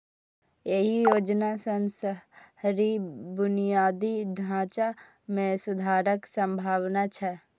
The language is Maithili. एहि योजना सं शहरी बुनियादी ढांचा मे सुधारक संभावना छै